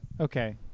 Okay